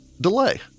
Delay